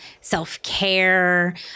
self-care